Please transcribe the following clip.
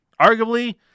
arguably